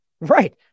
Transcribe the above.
Right